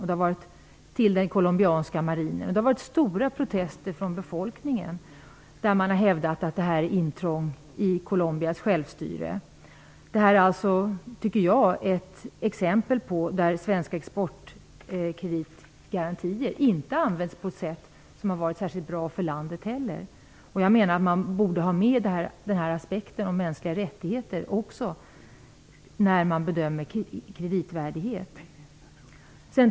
De har gått till den colombianska marinen. Det har varit stora protester från befolkningen. Den har hävdat att detta har varit ett intrång i Colombias självstyre. Detta är alltså ett exempel på att svenska exportkreditgarantier inte har använts på ett sätt som har varit särskilt bra för landet. Jag menar att man också borde ha med aspekten om mänskliga rättigheter när man bedömer kreditvärdigheten.